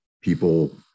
people